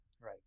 Right